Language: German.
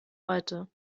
heute